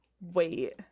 wait